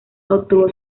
obtuvo